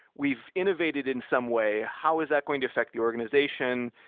we've innovated in some way. how is that going to affect the organization?